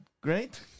great